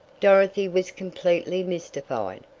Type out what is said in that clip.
dorothy was completely mystified.